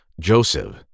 Joseph